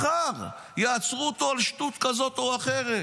מחר יעצרו אותו על שטות כזאת או אחרת.